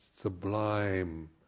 sublime